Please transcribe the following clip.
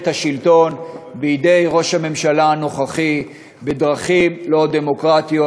השלטון בידי ראש הממשלה הנוכחי בדרכים לא דמוקרטיות.